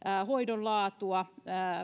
hoidon laatua